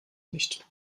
nicht